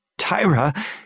Tyra